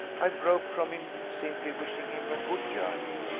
i broke from him, simply wishing him a good journey,